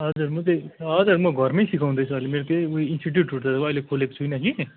हजुर म चाहिँ हजुर म घरमै सिकाउँदै छु अहिले मेरो त्यही उयो इन्सटिट्युटहरू त अहिेले खोलेको छुइनँ कि